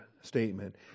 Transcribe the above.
statement